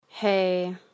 Hey